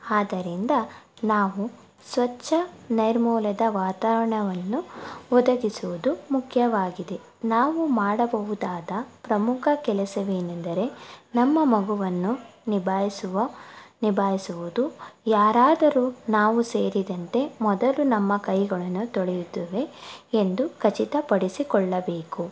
ಆದ್ದರಿಂದ ನಾವು ಸ್ವಚ್ಛ ನೈರ್ಮಲ್ಯದ ವಾತಾವರಣವನ್ನು ಒದಗಿಸೋದು ಮುಖ್ಯವಾಗಿದೆ ನಾವು ಮಾಡಬಹುದಾದ ಪ್ರಮುಖ ಕೆಲಸವೇನೆಂದರೆ ನಮ್ಮ ಮಗುವನ್ನು ನಿಭಾಯಿಸುವ ನಿಭಾಯಿಸುವುದು ಯಾರಾದರು ನಾವು ಸೇರಿದಂತೆ ಮೊದಲು ನಮ್ಮ ಕೈಗಳನ್ನು ತೊಳೆದಿದ್ದೇವೆ ಎಂದು ಖಚಿತಪಡಿಸಿಕೊಳ್ಳಬೇಕು